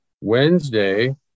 Wednesday